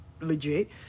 legit